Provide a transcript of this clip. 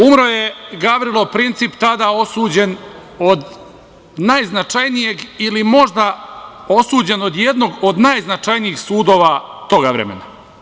Umro je Gavrilo Princip, tada osuđen od najznačajnijeg ili možda osuđen od jednog od najznačajnijih sudova toga vremena.